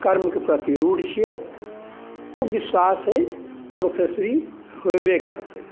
कर्म के प्रति रूढ़ छियै तऽ विश्वास एहि प्रोफेसरी होयबे करतै